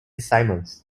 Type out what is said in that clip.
simmons